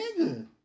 nigga